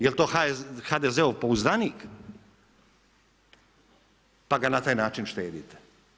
Jel to HDZ-ov pouzdanik pa ga na taj način štedite?